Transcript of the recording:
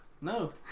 no